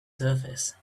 surface